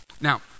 Now